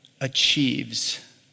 achieves